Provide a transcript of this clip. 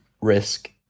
risk